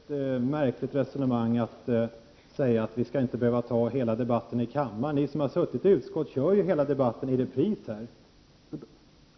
Herr talman! Det var ett märkligt resonemang att säga att vi inte behöver föra hela debatten i kammaren. Ni som har suttit i utskottet kör ju hela debatten i repris här!